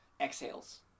exhales